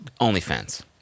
OnlyFans